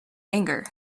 anger